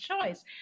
choice